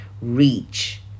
reach